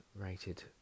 rated